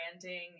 branding